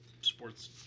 sports